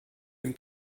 dem